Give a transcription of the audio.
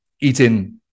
eating